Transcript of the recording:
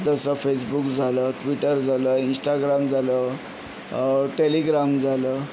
जसं फेसबुक झालं ट्विटर झालं इंस्टाग्राम झालं टेलिग्राम झालं